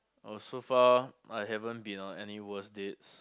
oh so far I haven't been on any worse dates